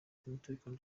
cy’umutekano